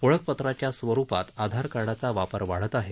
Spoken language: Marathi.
ओळखपत्राच्या स्वरुपात आधार कार्डाचा वापर वाढत आहे